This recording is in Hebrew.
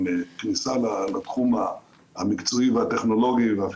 עם כניסה לתחום המקצועי הטכנולוגי והרפואי